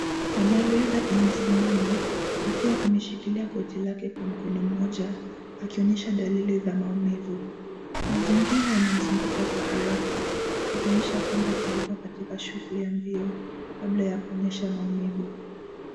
Mwanariadha amesimama akiwa ameshikilia goti lake kwa mkono mmoja akionyesha dalili ya maumivu. Mazingira yanamzunguka kwa haraka ikionyesha kwamba alikua katika shughuli ya mbio kabla ya kuonyesha maumivu.